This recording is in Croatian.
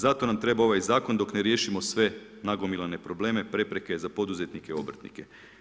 Zato nam treba ovaj zakon dok ne riješimo sve nagomilane probleme, prepreke za poduzetnike, obrtnike.